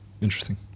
interesting